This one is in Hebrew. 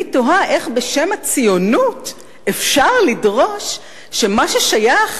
אני תוהה איך בשם הציונות אפשר לדרוש שמה ששייך